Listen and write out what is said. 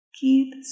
Keep